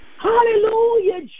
Hallelujah